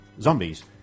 zombies